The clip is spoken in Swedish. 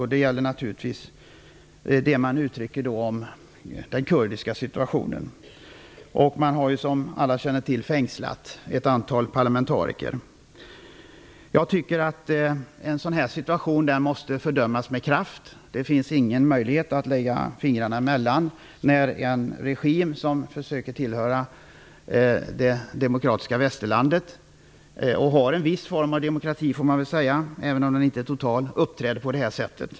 Detta gäller naturligtvis det parlamentarikerna uttrycker om den kurdiska situationen. Man har, som alla känner till, fängslat ett antal parlamentariker. Jag tycker att en sådan här situation måste fördömas med kraft. Det finns ingen möjlighet att lägga fingrarna emellan när en regim som försöker tillhöra det demokratiska västerlandet - och har en viss form av demokrati, även om den inte är total - uppträder på det här sättet.